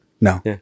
No